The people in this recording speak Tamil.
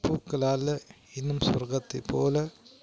பூக்களால் இன்னும் சொர்க்கத்தை போல